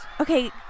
Okay